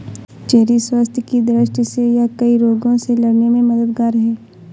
cherry स्वास्थ्य की दृष्टि से यह कई रोगों से लड़ने में मददगार है